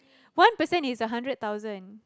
one percent is a hundred thousand